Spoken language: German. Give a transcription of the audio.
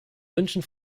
wünschen